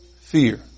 fear